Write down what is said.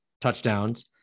touchdowns